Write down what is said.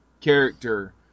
character